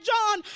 John